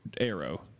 arrow